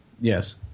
Yes